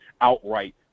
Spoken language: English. outright